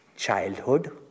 childhood